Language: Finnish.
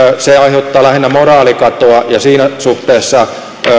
se aiheuttaa lähinnä moraalikatoa ja siinä suhteessa